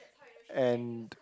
and